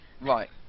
Right